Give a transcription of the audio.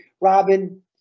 Robin